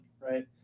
right